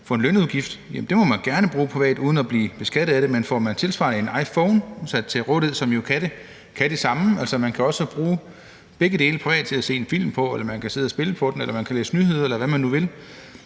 for en lønudgift, så må man gerne bruge den privat uden at blive beskattet af det. Men får man tilsvarende en iPhone stillet til rådighed, som jo kan det samme – altså, begge dele kan jo bruges privat til at se en film på eller til at spille på eller læse nyheder, eller hvad man nu vil